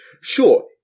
Sure